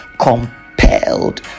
compelled